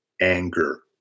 anger